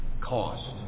cost